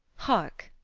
hark,